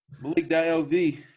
Malik.lv